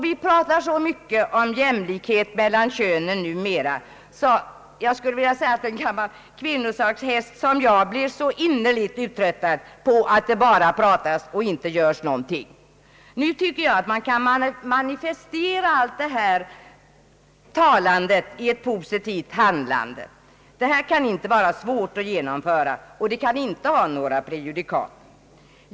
Vi pratar så mycket om jämlikhet mellan könen numera att en gammal kvinnosakshäst som jag blir innerligt trött på att det bara pratas och inte görs någonting. Nu tycker jag att man kan manifestera allt detta talande i ett positivt handlande. Det här kan inte vara svårt att genomföra och kan inte medföra några prejudikat.